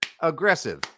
aggressive